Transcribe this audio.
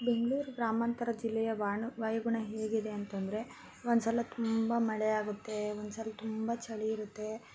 ಬೆಂಗ್ಳೂರು ಗ್ರಾಮಾಂತರ ಜಿಲ್ಲೆಯ ವಾಣ್ ವಾಯುಗುಣ ಹೇಗಿದೆ ಅಂತಂದರೆ ಒಂದು ಸಲ ತುಂಬ ಮಳೆಯಾಗುತ್ತೆ ಒಂದ್ಸಲ ತುಂಬ ಚಳಿ ಇರುತ್ತೆ